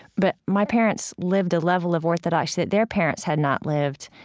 but my parents lived a level of orthodox that their parents had not lived,